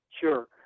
sure